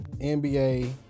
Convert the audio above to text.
NBA